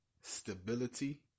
stability